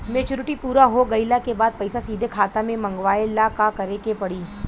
Maturity पूरा हो गइला के बाद पईसा सीधे खाता में मँगवाए ला का करे के पड़ी?